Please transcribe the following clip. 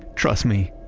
trust me,